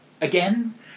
Again